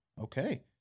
okay